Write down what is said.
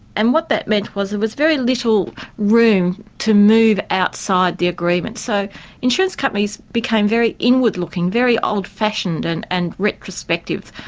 and what that meant was there was very little room to move outside the agreement, so insurance companies became very inward-looking, very old-fashioned and and retrospective.